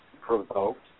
Provoked